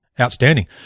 outstanding